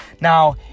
Now